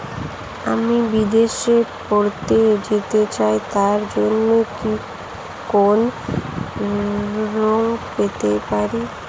আমি বিদেশে পড়তে যেতে চাই তার জন্য কি কোন ঋণ পেতে পারি?